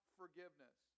forgiveness